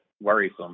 worrisome